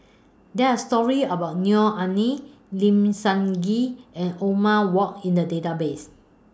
There Are stories about Neo Anngee Lim Sun Gee and Othman Wok in The Database